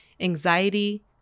anxiety